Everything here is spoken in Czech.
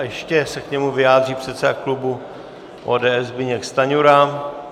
Ještě se k němu vyjádří předseda klubu ODS Zbyněk Stanjura.